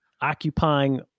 occupying